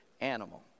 animal